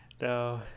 No